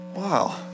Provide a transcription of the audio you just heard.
wow